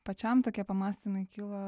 pačiam tokie pamąstymai kyla